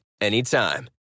anytime